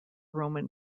roman